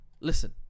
Listen